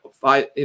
five